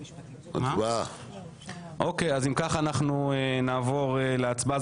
אם כך, נעבור להצבעה.